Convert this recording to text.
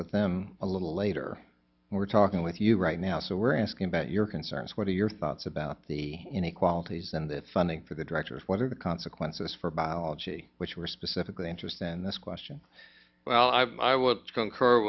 with them a little later we're talking with you right now so we're asking about your concerns what are your thoughts about the inequalities and the funding for the directors what are the consequences for biology which were specifically interested in this question well i i would concur